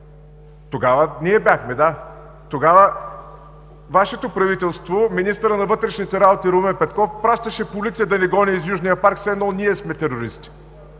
организации. Тогава Вашето правителство, министърът на вътрешните работи Румен Петков пращаше полиция да ни гони из Южния парк, все едно ние сме терористи.